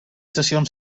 sessions